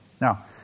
Now